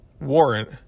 warrant